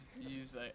Use